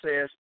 says